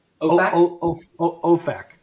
OFAC